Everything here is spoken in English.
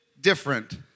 different